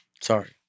Sorry